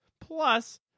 Plus